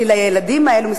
כי לילדים האלה,